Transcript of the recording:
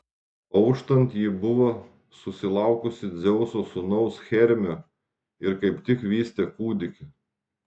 auštant ji buvo susilaukusi dzeuso sūnaus hermio ir kaip tik vystė kūdikį